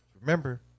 Remember